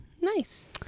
Nice